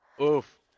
Oof